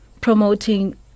promoting